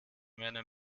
meine